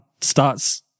starts